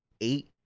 Eight